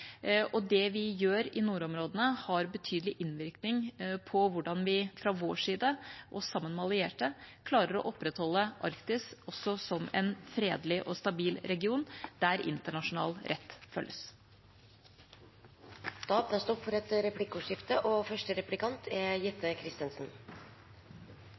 Det vi gjør i nordområdene, har betydelig innvirkning på hvordan vi fra vår side og sammen med allierte klarer å opprettholde Arktis som en fredelig og stabil region der internasjonal rett